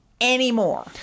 anymore